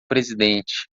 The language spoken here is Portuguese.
presidente